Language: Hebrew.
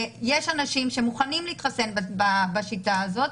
ויש אנשים שהם מוכנים להתחסן בשיטה הזאת,